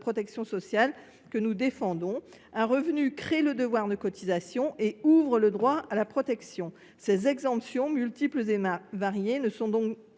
protection sociale, que nous défendons : un revenu crée un devoir de cotisation et ouvre un droit à la protection. Ces exemptions multiples et variées ne sont donc